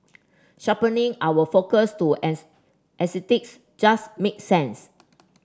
sharpening our focus to as exotics just make sense